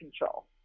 control